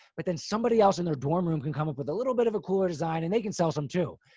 but then somebody else in their dorm room can come up with a little bit of a cooler design and they can sell some too.